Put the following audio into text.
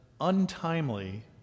untimely